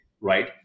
right